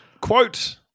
Quote